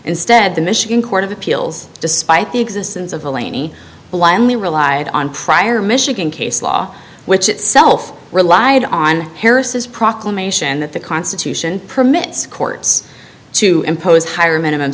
instead the michigan court of appeals despite the existence of the laney blindly relied on prior michigan case law which itself relied on harris's proclamation that the constitution permits courts to impose higher minimum